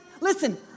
Listen